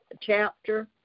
chapter